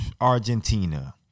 Argentina